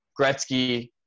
Gretzky –